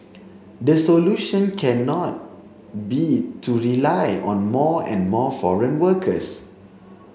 the solution cannot be to rely on more and more foreign workers